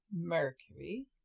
mercury